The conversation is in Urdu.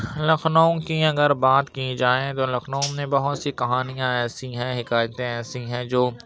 لکھنؤ کی اگر بات کی جائے تو لکھنؤ میں بہت سی کہانیاں ایسی ہیں حکایتیں ایسی ہیں جو